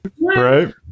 Right